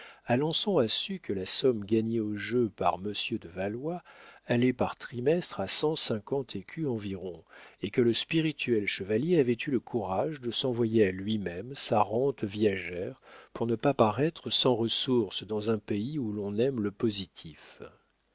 alençon a su que la somme gagnée au jeu par monsieur de valois allait par trimestre à cent cinquante écus environ et que le spirituel chevalier avait eu le courage de s'envoyer à lui-même sa rente viagère pour ne pas paraître sans ressources dans un pays où l'on aime le positif